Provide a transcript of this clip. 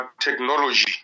technology